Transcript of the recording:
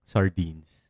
Sardines